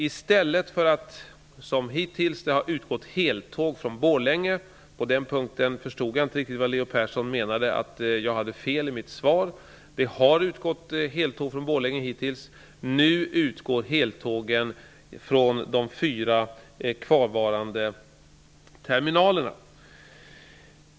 I stället för att det som hittills har utgått heltåg från Borlänge utgår nu heltågen från de fyra kvarvarande terminalerna. På den punkten förstod jag inte riktigt vad Leo Persson menade med att jag hade fel i mitt svar. Det har utgått heltåg från Borlänge, men det gör det inte nu längre.